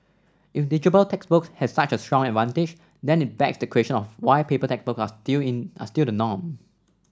if digital textbooks have such a strong advantage then it begs the question why paper textbooks are stilling still the norm